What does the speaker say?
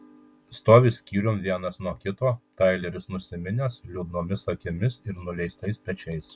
stovi skyrium vienas nuo kito taileris nusiminęs liūdnomis akimis ir nuleistais pečiais